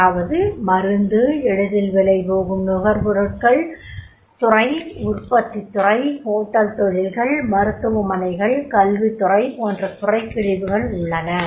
அதாவது மருந்து எளிதில் விலைபோகும்நுகர்பொருட்கள் துறை உற்பத்தி ஹோட்டல் தொழில்கள் மருத்துவமனைகள் கல்வித்துறை போன்ற துறைப் பிரிவுகள் உள்ளன